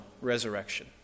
resurrection